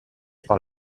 par